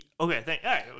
Okay